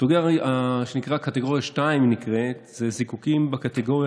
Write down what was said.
הקטגוריה שנקראת קטגוריה 2 זה זיקוקים בקטגוריה